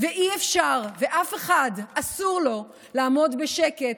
אי-אפשר, לאף אחד אסור לעמוד בשקט.